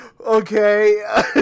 Okay